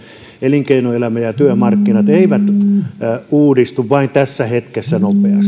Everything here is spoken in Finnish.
elinkeinoelämä ja ja työmarkkinat eivät vain uudistu tässä hetkessä nopeasti